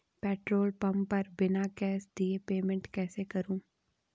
Petrol pump पर बिना cash दिए पेमेंट कैसे करूँ?